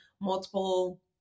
multiple